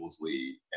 lead